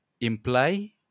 imply